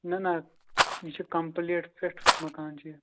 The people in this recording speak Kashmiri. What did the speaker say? نہَ نہَ یہِ چھِ کَمپُلیٹ فِٹ مکان چھُ یہِ